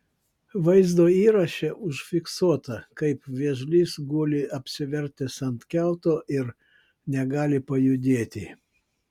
vaizdo įraše užfiksuota kaip vėžlys guli apsivertęs ant kiauto ir negali pajudėti